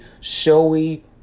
showy